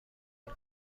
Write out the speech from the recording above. تیم